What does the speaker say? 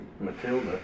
Matilda